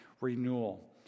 renewal